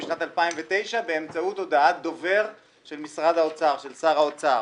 בשנת 2009 באמצעות הודעת דובר של שר האוצר.